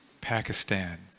Pakistan